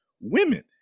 women